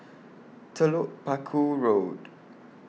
Telok Paku Road